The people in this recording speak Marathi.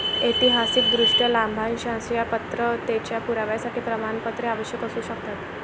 ऐतिहासिकदृष्ट्या, लाभांशाच्या पात्रतेच्या पुराव्यासाठी प्रमाणपत्रे आवश्यक असू शकतात